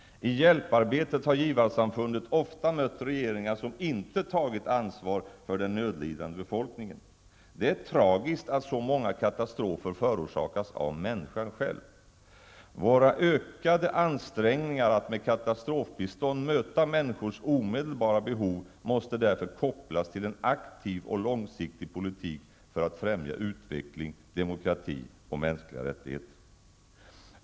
I hjälparbetet har givarsamfundet ofta mött regeringar som inte tagit ansvar för den nödlidande befolkningen. Det är tragiskt att så många katastrofer förorsakas av människan själv. Våra ökade ansträngningar att med katastrofbistånd möta människors omedelbara behov måste därför kopplas till en aktiv och långsiktig politik för att främja utveckling, demokrati och mänskliga rättigheter.